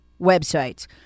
websites